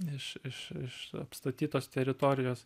iš iš iš apstatytos teritorijos